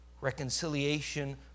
Reconciliation